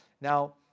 Now